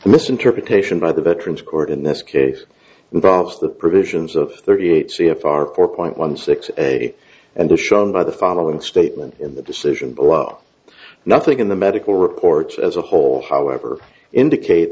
the misinterpretation by the veterans court in this case involves the provisions of thirty eight c f r four point one six a and a shown by the following statement in the decision below nothing in the medical reports as a whole however indicate